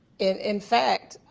in in fact,